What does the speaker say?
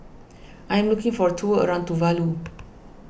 I am looking for a tour around Tuvalu